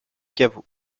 caveau